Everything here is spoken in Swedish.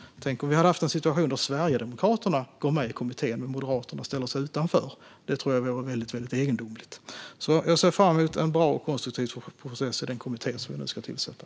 Tänk om vi fick en situation där Sverigedemokraterna går med i kommittén men Moderaterna ställer sig utanför. Det tycker jag vore väldigt egendomligt. Jag ser alltså fram emot en bra och konstruktiv process i den kommitté som vi nu ska tillsätta.